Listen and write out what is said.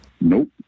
Nope